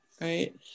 right